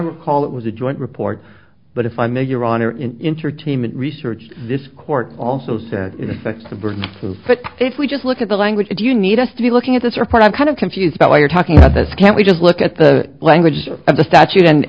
recall it was a joint report but if i may your honor in intertainment research this court also said that's the version if we just look at the language if you need us to be looking at this report i'm kind of confused about why you're talking about this can't we just look at the language of the statute and